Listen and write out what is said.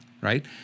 right